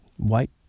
white